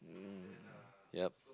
um yup